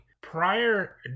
Prior